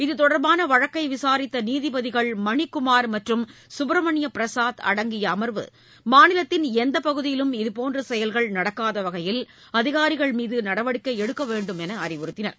இதுதொடர்பான வழக்கை விசாரித்த நீதிபதிகள் மணிக்குமார் மற்றும் சுப்பிரமணிய பிரசாத் அடங்கிய அமர்வு மாநிலத்தின் எந்தப்பகுதியிலும் இதுபோன்ற செயல்கள் நடக்காத வகையில் அதிகாரிகள் மீது நடவடிக்கை எடுக்க வேண்டுமென்று அறிவுறுத்தினர்